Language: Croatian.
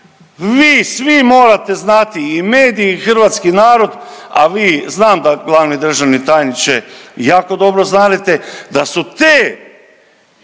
vi svi morate znati i mediji i hrvatski narod, a vi znam da glavni državni tajniče jako dobro znadete, da su te